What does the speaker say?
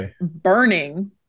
burning